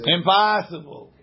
Impossible